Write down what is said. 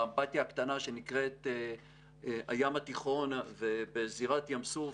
באמבטיה הקטנה שנקראת הים התיכון ובזירת ים סוף,